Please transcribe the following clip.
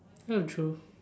ya true